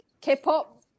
K-pop